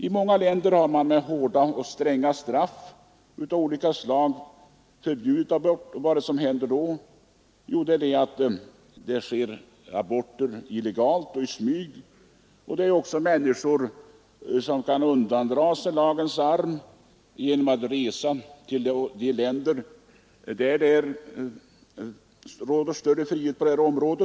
I många länder har man stränga straff av olika slag för aborter. Vad händer då? Jo, då utförs aborter illegalt och i smyg. Många människor kan undandra sig lagens arm genom att resa till länder där det råder större frihet på detta område.